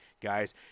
guys